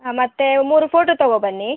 ಹಾಂ ಮತ್ತೆ ಮೂರು ಫೋಟೋ ತಗೊಂಬನ್ನಿ